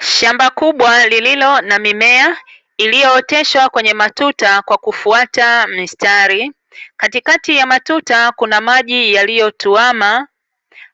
Shamba kubwa lililo na mimea iliyooteshwa kwenye matuta kwa kufwata mistari katikati ya matuta kuna maji yaliotuwama,